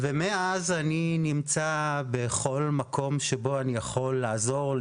מאז אני נמצא בכל מקום שבו אני יכול לעזור,